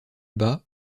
bas